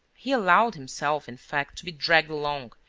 he allowed himself, in fact, to be dragged along,